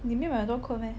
你没买很多 coat meh